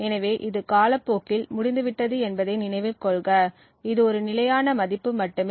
எனவே இது காலப்போக்கில் முடிந்துவிட்டது என்பதை நினைவில் கொள்க இது ஒரு நிலையான மதிப்பு மட்டுமே